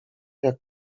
jak